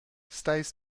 stays